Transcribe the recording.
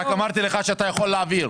רק אמרתי לך שאתה יכול להעביר.